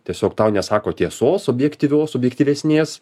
tiesiog tau nesako tiesos objektyvios objektyvesnės